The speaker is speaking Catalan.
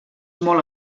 molt